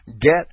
get